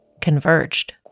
converged